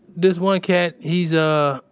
there's one cat. he's, ah,